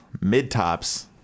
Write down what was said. mid-tops